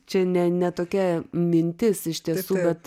čia ne ne tokia mintis iš tiesų bet